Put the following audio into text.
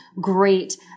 great